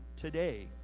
today